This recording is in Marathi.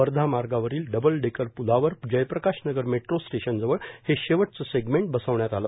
वर्धा मार्गावरील double decker flyover Jayprakash Nagar metro station जवळ हे शेवटचे सेगमेंट बसवण्यात आले